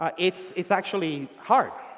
ah it's it's actually hard.